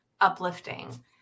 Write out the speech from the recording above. uplifting